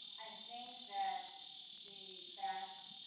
i think that the fact